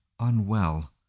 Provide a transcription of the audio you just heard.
unwell